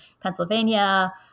Pennsylvania